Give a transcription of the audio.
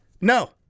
no